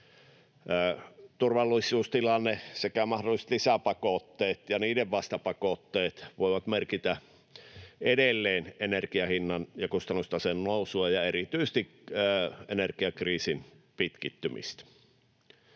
Turvallisuustilanne sekä mahdolliset lisäpakotteet ja niiden vastapakotteet voivat merkitä edelleen energiahinnan ja kustannustason nousua ja erityisesti energiakriisin pitkittymistä.